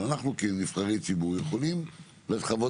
אבל אנחנו כנבחרי ציבור יכולים לחוות